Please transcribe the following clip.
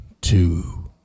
two